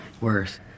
worse